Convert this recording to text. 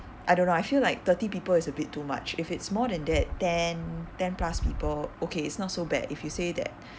I don't know I feel like thirty people is a bit too much if it's more than that ten ten plus people okay it's not so bad if you say that